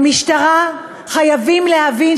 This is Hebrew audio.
במשטרה חייבים להבין,